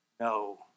no